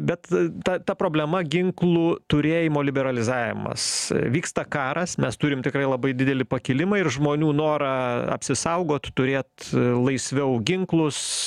bet ta ta problema ginklų turėjimo liberalizavimas vyksta karas mes turim tikrai labai didelį pakilimą ir žmonių norą apsisaugot turėt laisviau ginklus